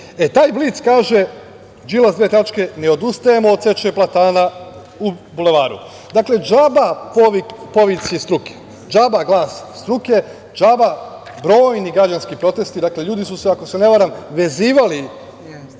E, taj „Blic“, kaže - Đilas: „Ne odustajemo od seče platana u Bulevaru“. Dakle, džaba povici struke. Džaba glas struke, džaba brojni građanski protesti. Dakle, ljudi su se, ako se ne varam, vezivali